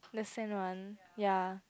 lesson one ya